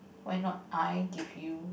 why not I give you